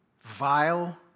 Vile